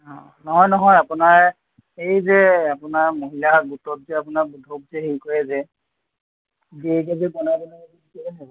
অঁ নহয় নহয় আপোনাৰ এই যে আপোনাৰ মহিলা গোটত যে আপোনাৰ ধূপ যে হেৰি কৰে যে দিয়েগৈ যে বনাই বনাই